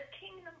kingdom